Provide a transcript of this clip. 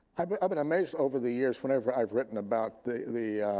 i've been i've been amazed over the years whenever i've written about the the